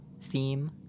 theme